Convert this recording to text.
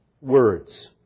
words